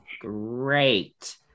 Great